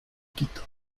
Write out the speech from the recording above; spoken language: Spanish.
quito